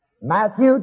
Matthew